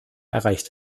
erreicht